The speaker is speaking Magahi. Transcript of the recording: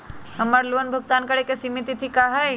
हमर लोन भुगतान करे के सिमित तिथि का हई?